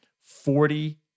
forty